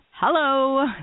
Hello